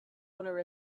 owner